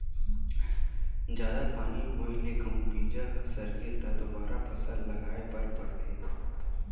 जादा पानी होए ले कहूं बीजा ह सरगे त दोबारा फसल लगाए बर परथे